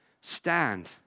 stand